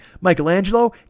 michelangelo